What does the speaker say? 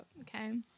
Okay